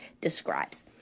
describes